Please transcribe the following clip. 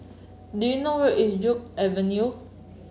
do you know where is Joo Avenue